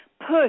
push